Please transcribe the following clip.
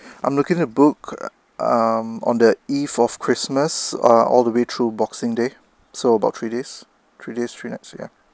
I'm looking to book um on the eve of christmas ah all the way through boxing day so about three days three days three night so yeah